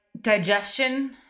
digestion